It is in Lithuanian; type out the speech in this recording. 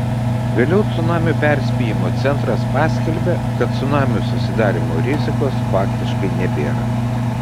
vėliau cunamių perspėjimo centras paskelbė kad cunamių susidarymo rizikos faktiškai nebėra